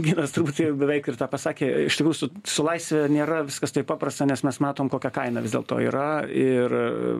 ginas turbūt jau beveik ir tą pasakė iš tikrųjų su su laisve nėra viskas taip paprasta nes mes matom kokia kaina vis dėlto yra ir